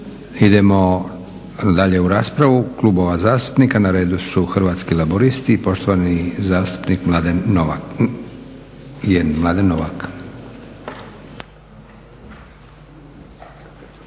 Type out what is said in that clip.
Idemo dalje u raspravu klubova zastupnika. Na redu su Hrvatski laburisti i poštovani zastupnik Mladen Novak,